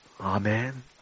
Amen